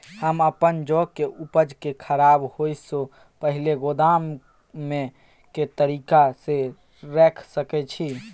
हम अपन जौ के उपज के खराब होय सो पहिले गोदाम में के तरीका से रैख सके छी?